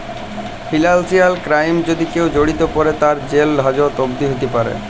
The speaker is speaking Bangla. ফিনান্সিয়াল ক্রাইমে যদি কেউ জড়িয়ে পরে, তার জেল হাজত অবদি হ্যতে প্যরে